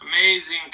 Amazing